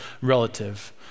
relative